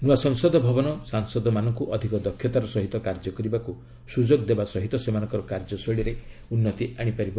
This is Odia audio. ନୂଆ ସଂସଦ ଭବନ ସାଂସଦମାନଙ୍କୁ ଅଧିକ ଦକ୍ଷତାର ସହିତ କାର୍ଯ୍ୟ କରିବାକୁ ସୁଯୋଗ ଦେବା ସହ ସେମାନଙ୍କର କାର୍ଯ୍ୟଶୈଳୀରେ ଉନ୍ନତି ଆଶିପାରିବ